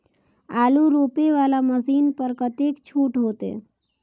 आलू रोपे वाला मशीन पर कतेक छूट होते?